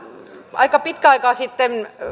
aika pitkän aikaa sitten